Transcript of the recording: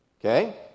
okay